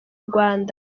rwanda